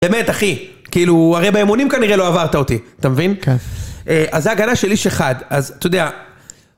באמת אחי, כאילו הרי באימונים כנראה לא עברת אותי, אתה מבין? כן אה, אז זה הגנה של איש אחד, אז אתה יודע...